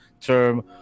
term